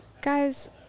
guys